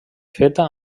feta